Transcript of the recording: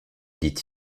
dit